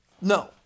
No